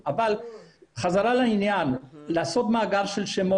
אבל אנחנו יכולים לחשוב על לשלם,